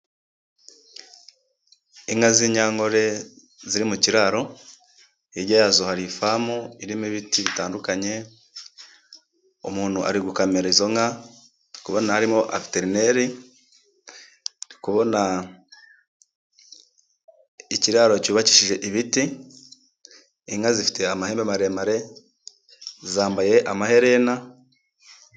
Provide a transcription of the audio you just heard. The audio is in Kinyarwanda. Inka z'inyankore ziri mu kiraro, hirya yazo hari ifamu irimo ibiti bitandukanye, umuntu ari gukamera izo nka, ndi kubona harimo abaveterineri, ndi kubona ikiraro cyubakishije ibiti, inka zifite amahembe maremare, zambaye amaherena.